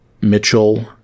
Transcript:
Mitchell